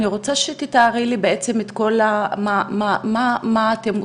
אני רוצה שתתארי לי בעצם מה אתן עושות.